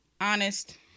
honest